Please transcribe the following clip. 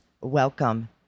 welcome